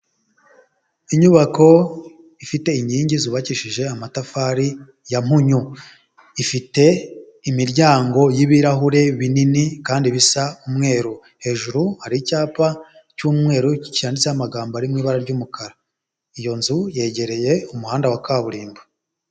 Inyubako ifite inkingi zubakishije amatafari ya mpunyu, ifite imiryango y'ibirahure binini kandi bisa umweru, hejuru hari icyapa cy'umweru cyanditseho amagambo ari mu ibara ry'umukara, iyo nzu yegereye umuhanda wa kaburimbo.